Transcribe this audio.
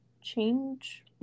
change